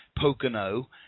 Pocono